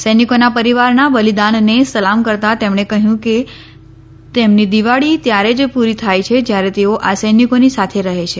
સૈનિકોના પરિવારના બલિદાનને સલામ કરતા તેમણે કહ્યું કે તેમની દિવાળી ત્યારે જ પૂરી થાય છે જ્યારે તેઓ આ સૈનિકોની સાથે રહે છે